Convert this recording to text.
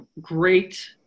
great